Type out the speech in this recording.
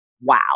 wow